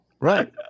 right